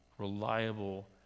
reliable